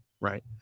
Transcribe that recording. right